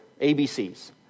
ABCs